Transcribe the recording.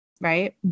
Right